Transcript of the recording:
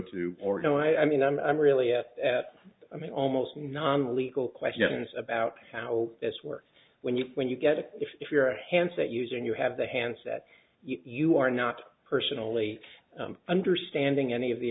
to or go i mean i'm really at that i mean almost non legal questions about how this works when you when you get it if you're a handset using you have the handset you are not personally understanding any of the